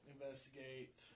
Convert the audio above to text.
investigate